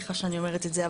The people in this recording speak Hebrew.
סליחה שאני אומרת את זה.